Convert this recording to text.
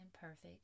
perfect